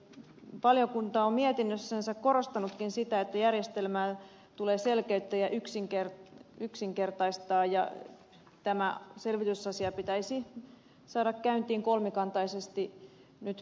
valiokunta on mietinnössään korostanutkin sitä että järjestelmää tulee selkeyttää ja yksinkertaistaa ja tämä selvitysasia pitäisi saada käyntiin kolmikantaisesti pikimmiten